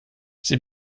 sie